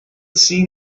seen